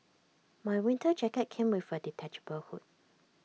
my winter jacket came with A detachable hood